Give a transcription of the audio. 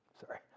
Sorry